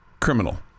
criminal